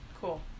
Cool